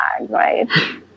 right